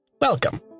Welcome